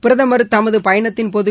பிரதமர் தமது பயனத்தின்போது